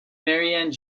marianne